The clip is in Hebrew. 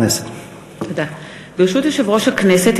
ברשות יושב-ראש הכנסת,